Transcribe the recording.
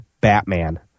Batman